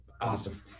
Awesome